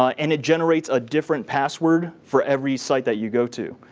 ah and it generates a different password for every site that you go to.